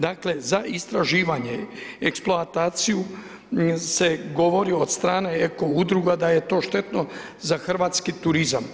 Dakle, za istraživanja, eksploataciju, se govori od strane eko udruga da je to štetno za hrvatski turizam.